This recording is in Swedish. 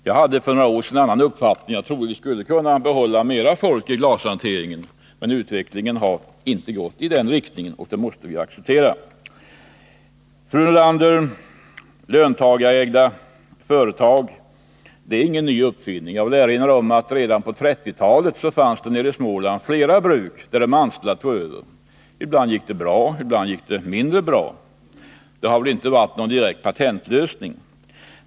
Jag hade själv för några år sedan en annan uppfattning; jag trodde att vi skulle kunna behålla flera människor i glashanteringen. Men utvecklingen har inte gått i den riktningen, och det måste vi acceptera. Löntagarägda företag är ingen ny uppfinning, fru Nordlander. Jag vill erinra om att redan på 1930-talet fanns det i Småland flera bruk som de anställda tagit över. Ibland gick det bra, ibland gick det mindre bra — det har inte varit någon direkt patentlösning.